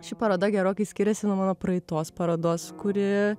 ši paroda gerokai skiriasi nuo mano praeitos parodos kuri